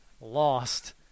lost